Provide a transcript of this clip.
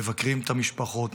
מבקרים את המשפחות,